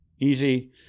easy